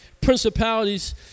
principalities